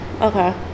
okay